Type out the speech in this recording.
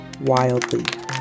wildly